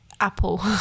Apple